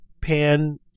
pan